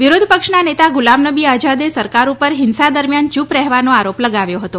વિરોધ પક્ષના નેતા ગુલામનબી આઝાદે સરકાર ઉપર હિંસા દરમિયાન ચૂપ રેહવાનો આરોપ લગાવ્યો હતો